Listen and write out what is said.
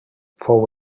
fou